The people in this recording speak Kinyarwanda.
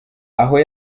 aha